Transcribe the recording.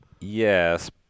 Yes